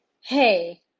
Hey